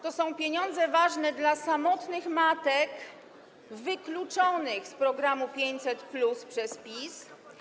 To są pieniądze ważne dla samotnych matek wykluczonych z programu 500+ przez PiS.